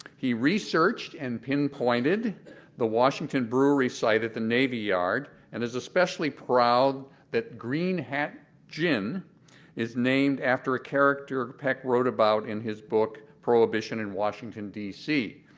he researched and pinpointed the washington brewery site at the navy yard and is especially proud that green hat gin is named after a character peck wrote about in his book prohibition in washington, d c,